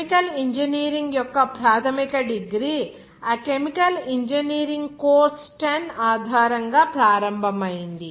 chemical engineering యొక్క ప్రాథమిక degree ఈ కెమికల్ ఇంజనీరింగ్ కోర్సు 10 ఆధారంగా ప్రారంభమైంది